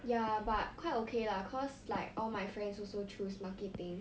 ya but quite okay lah cause like all my friends also choose marketing